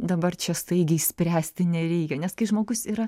dabar čia staigiai spręsti nereikia nes kai žmogus yra